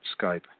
Skype